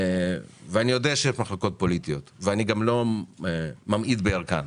אני יודע שיש מחלוקות פוליטיות ואני גם לא ממעיט בערכן,